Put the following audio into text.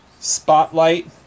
Spotlight